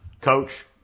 Coach